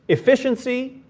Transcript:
efficiency,